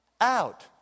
out